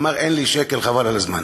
הוא אמר: אין לי שקל, חבל על הזמן.